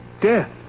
Death